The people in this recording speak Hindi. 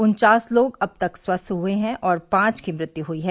उन्चास लोग अब तक स्वस्थ हुए हैं और पांच की मृत्यु हुई है